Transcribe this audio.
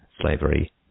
slavery